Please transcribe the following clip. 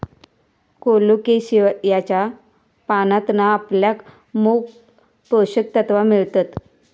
कोलोकेशियाच्या पानांतना आपल्याक मोप पोषक तत्त्वा मिळतत